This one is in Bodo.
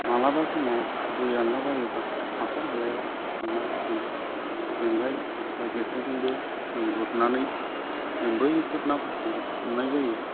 माब्लाबा समाव दै रानलाबायोबा हाखर हालायाव थांनानै जों जेंगाइ बा जेखाइजोंबो जों गुरनानै जों बैफोर नाफोरखौ हमनाय जायो